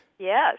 Yes